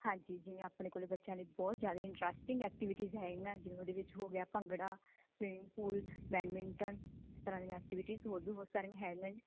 ਹਾਂਜੀ ਜਿਵੇਂ ਆਪਣੇ ਕੋਲ ਬੱਚਿਆਂ ਲਈ ਬਹੁਤ ਜ਼ਿਆਦਾ ਇੰਟਰਾਸਟਿੰਗ ਐਕਟੀਵਿਟੀਜ਼ ਹੈਗੀਆਂ ਜਿਵੇਂ ਉਦੇ ਵਿੱਚ ਹੋ ਗਿਆ ਭੰਗੜਾ ਸਵੀਮਿੰਗ ਪੂਲ ਬੈਡਮਿੰਟਨ ਇਸ ਤਰ੍ਹਾਂ ਦੀਆਂ ਐਕਟੀਵਿਟੀਜ਼ ਹੋਰ ਵੀ ਬਹੁਤ ਸਾਰੀਆਂ